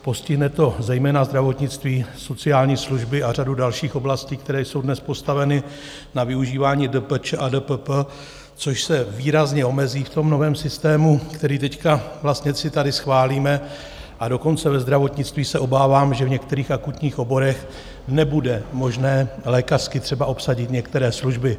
Postihne to zejména zdravotnictví, sociální služby a řadu dalších oblastí, které jsou dnes postaveny na využívání DPČ a DPP, což se výrazně omezí v tom novém systému, který si teď tady schválíme, a dokonce ve zdravotnictví se obávám, že v některých akutních oborech nebude možné lékařsky třeba obsadit některé služby.